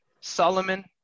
Solomon